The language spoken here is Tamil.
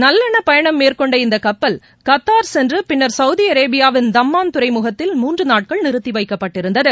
நல்லெண்ண பயணம் மேற்கொண்ட இந்தக் கப்பல் கத்தார் சென்று பின்னர் சவுதி அரேபியாவின் தம்மான் துறைமுகத்தில் மூன்று நாட்கள் நிறுத்தி வைக்கப்பட்டிருந்தது